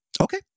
Okay